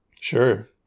Sure